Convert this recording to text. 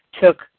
took